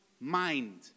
mind